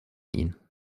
ihn